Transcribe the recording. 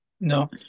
No